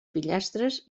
fillastres